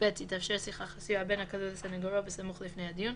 (ב)תתאפשר שיחה חסויה בין הכלוא לסניגורו בסמוך לפני הדיון,